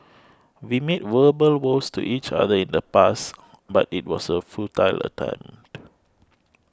we made verbal vows to each other in the past but it was a futile attempt